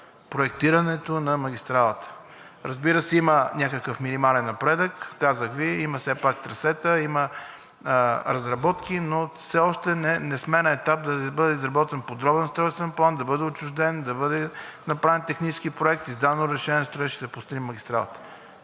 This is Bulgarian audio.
проектирането на магистралата. Разбира се, има някакъв минимален напредък, казах Ви, има все пак трасета, има разработки, но все още не сме на етап да бъде изработен подробен устройствен план, да бъде отчужден, да бъде направен технически проект, издадено разрешение за строеж и да построим магистралата.